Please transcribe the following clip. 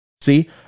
See